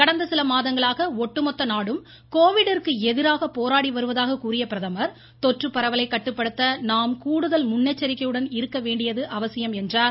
கடந்த சில மாதங்களாக ஒட்டுமொத்த நாடும் கோவிட் ந்கு எதிராக போராடி வருவதாக கூறிய பிரதமர் தொற்று பரவலை கட்டுப்படுத்த நாம் கூடுதல் முன்னெச்சரிக்கையுடன் இருக்க வேண்டியது அவசியம் என்றார்